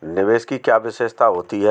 निवेश की क्या विशेषता होती है?